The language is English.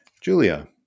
Julia